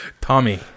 Tommy